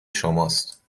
شماست